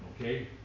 okay